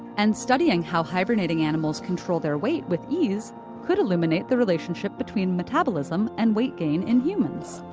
and studying how hibernating animals control their weight with ease could illuminate the relationship between metabolism and weight gain in humans.